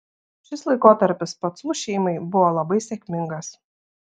šis laikotarpis pacų šeimai buvo labai sėkmingas